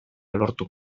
lortu